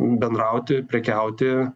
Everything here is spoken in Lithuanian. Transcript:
bendrauti prekiauti